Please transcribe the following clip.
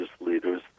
leaders